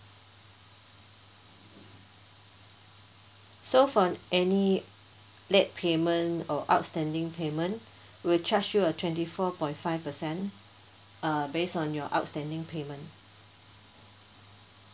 so for any late payment or outstanding payment we'll charge you a twenty four point five percent uh based on your outstanding payment